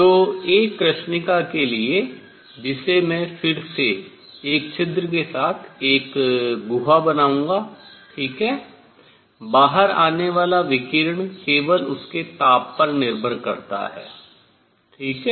तो एक कृष्णिका के लिए जिसे मैं फिर से एक छिद्र के साथ एक गुहा बनाऊंगा ठीक है बाहर आने वाला विकिरण केवल उसके ताप पर निर्भर करता है ठीक है